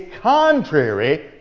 contrary